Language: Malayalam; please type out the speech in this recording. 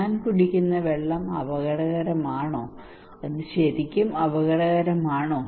ഞാൻ കുടിക്കുന്ന വെള്ളം അപകടകരമാണോ അത് ശരിക്കും അപകടകരമാണോ